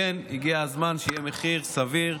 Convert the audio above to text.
הגיע הזמן שיהיה מחיר סביר,